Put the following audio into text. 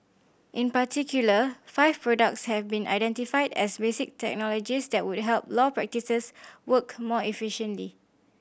in particular five products have been identified as basic technologies that would help law practices work more efficiently